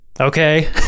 okay